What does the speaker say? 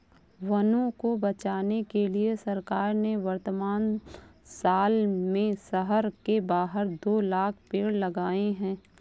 वनों को बचाने के लिए सरकार ने वर्तमान साल में शहर के बाहर दो लाख़ पेड़ लगाए हैं